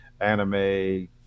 anime